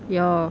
ya